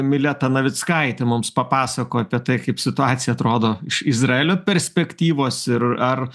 mileta navickaitė mums papasako apie tai kaip situacija atrodo iš izraelio perspektyvos ir ar